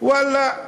ואללה,